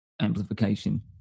amplification